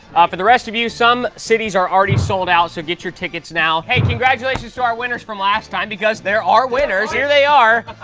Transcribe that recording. for the rest of you, some cities are already sold out, so get your tickets now. hey, congratulations to our winners from last time, because there are winners. here they are.